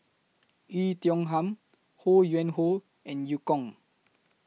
Oei Tiong Ham Ho Yuen Hoe and EU Kong